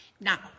Now